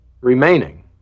remaining